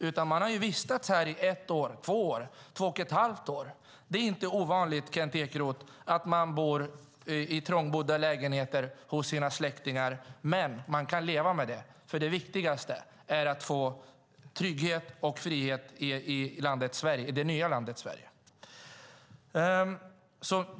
Man har vistats här i ett år, två år, två och ett halvt år. Det är inte ovanligt, Kent Ekeroth, att man bor i trångbodda lägenheter hos sina släktingar, men man kan leva med det. Det viktigaste är att få trygghet och frihet i det nya landet Sverige.